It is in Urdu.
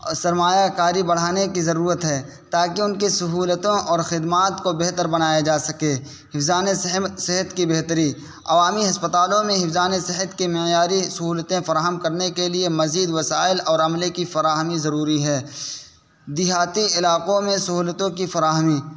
اور سرمایہ کاری بڑھانے کی ضرورت ہے تاکہ ان کی سہولتوں اور خدمات کو بہتر بنایا جا سکے حفظان صحت کی بہتری عوامی ہسپتالوں میں حفظان صحت کے معیاری سہولتیں فراہم کرنے کے لیے مزید وسائل اور عملے کی فراہمی ضروری ہے دیہاتی علاقوں میں سہولتوں کی فراہمی